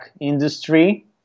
industry